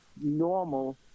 normal